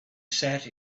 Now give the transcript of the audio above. sat